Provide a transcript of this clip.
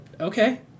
Okay